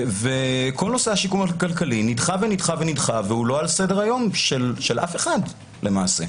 כל נושא השיקום הכלכלי נדחה ונדחה והוא לא על סדר היום של אף אחד למעשה.